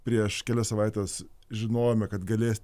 prieš kelias savaites žinojome kad galės